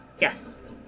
Yes